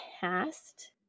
past